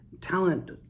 Talent